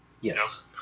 Yes